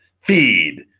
Feed